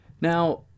now